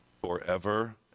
forever